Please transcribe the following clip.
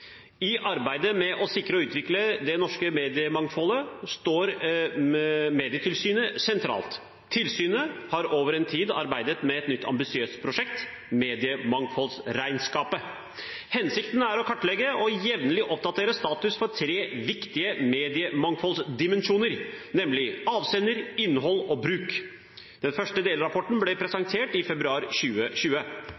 I arbeidet med å sikre og utvikle det norske mediemangfoldet står Medietilsynet sentralt. Tilsynet har over en tid arbeidet med et nytt, ambisiøst prosjekt, Mediemangfoldsregnskapet. Hensikten er å kartlegge og jevnlig oppdatere status for tre viktige mediemangfoldsdimensjoner, nemlig avsender, innhold og bruk. Den første delrapporten ble